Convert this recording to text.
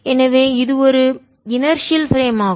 எனவே இது ஒரு யினர்ர்ஷ்டியல் செயலற்ற பிரேம் ஆகும்